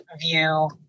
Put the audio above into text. view